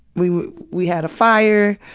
we we had a fire,